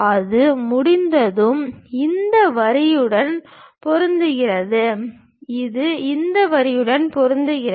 அது முடிந்ததும் இந்த வரியுடன் பொருந்துகிறது இது இந்த வரியுடன் பொருந்துகிறது